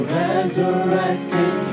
resurrected